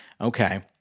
okay